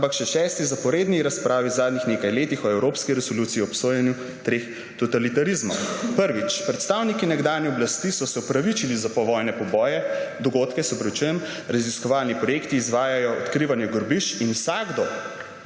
ampak še šesti zaporedni razpravi v zadnjih nekaj letih o evropski resoluciji o obsojanju »treh totalitarizmov«. Prvič. Predstavniki nekdanje oblasti so se opravičili za povojne dogodke, raziskovalni projekti izvajajo odkrivanje grobišč in vsakdo,«